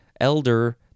Elder